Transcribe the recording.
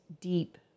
deep